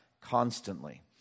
constantly